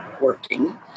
working